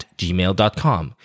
gmail.com